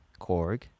Korg